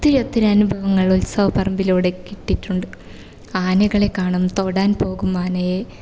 ഒത്തിരി ഒത്തിരി അനുഭവങ്ങൾ ഉത്സവപ്പറമ്പിലൂടെ കിട്ടിയിട്ടുണ്ട് ആനകളെ കാണും തൊടാൻ പോകും ആനയെ